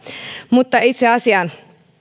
mutta itse asiaan